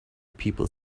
people